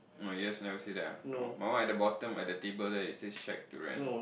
oh yes never see that ah mine one at the bottom at the table there it says shack durian